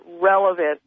relevant